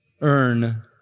earn